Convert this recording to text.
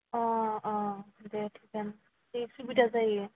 अ अ दे थिगानो जे सुबिदा जायो